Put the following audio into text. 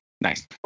Nice